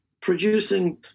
producing